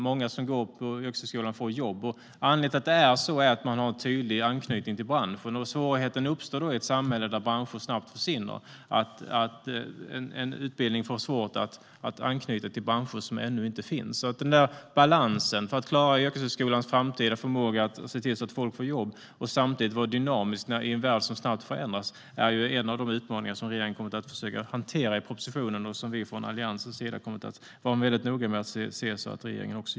Många som går på yrkeshögskolan får jobb. Anledningen är att det finns en tydlig anknytning till branschen. Svårigheten uppstår i ett samhälle där branscher snabbt försvinner. En utbildning får svårt att anknyta till branscher som ännu inte finns. Balansen att klara yrkeshögskolans framtida förmåga att folk kan få jobb och samtidigt vara dynamisk i en värld som snabbt förändras är en av de utmaningar som regeringen kommer att försöka hantera i propositionen och där vi från Alliansen kommer att vara noga med att se till att regeringen gör så.